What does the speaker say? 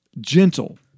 gentle